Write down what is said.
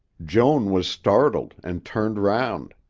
joan was startled and turned round.